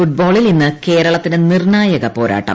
ഫുട്ബോളിൽ ഇന്ന് കേരളത്തിനു നിർണ്ണായക പോരാട്ടം